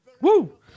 Woo